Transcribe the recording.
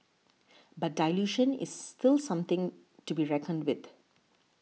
but dilution is still something to be reckoned with